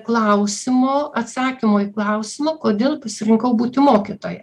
klausimo atsakymo į klausimą kodėl pasirinkau būti mokytoja